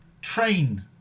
train